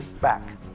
back